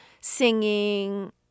singing